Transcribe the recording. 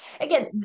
again